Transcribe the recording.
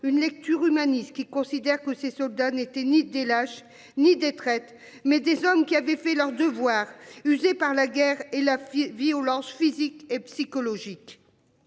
une lecture humaniste qui considère que ses soldats n'étaient ni des lâches ni des traites, mais des hommes qui avaient fait leur devoir usé par la guerre et la violence physique et psychologique.